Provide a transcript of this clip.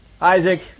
Isaac